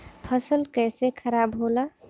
फसल कैसे खाराब होला?